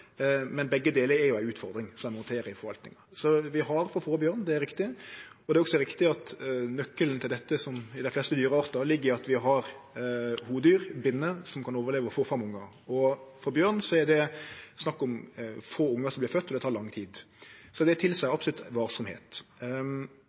men begge delar er ei utfordring som ein må handtere i forvaltninga. Vi har for få bjørnar, det er riktig, og det er også riktig at nøkkelen til dette, som med dei fleste dyreartar, ligg i at vi har hodyr, binner, som kan overleve og få fram ungar. For bjørn er det snakk om få ungar som vert fødde, og det tek lang tid. Så det